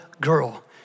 girl